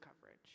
coverage